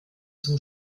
zum